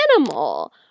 animal